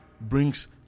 brings